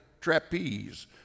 trapeze